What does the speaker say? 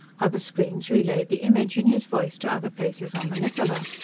other screens relayed the image and his voice to other places on the niccola.